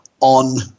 on